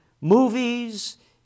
movies